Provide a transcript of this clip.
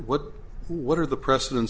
what what are the preceden